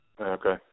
Okay